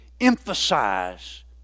emphasize